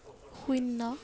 শূন্য